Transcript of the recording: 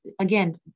again